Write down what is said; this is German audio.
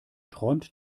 träumt